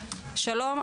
שלום,